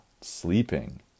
sleeping